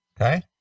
Okay